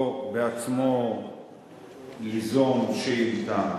או בעצמו ליזום שאילתא,